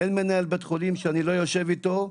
אין מנהל בית חולים שאני לא יושב איתו.